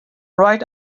right